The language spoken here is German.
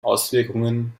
auswirkungen